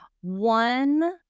one